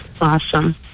awesome